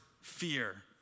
fear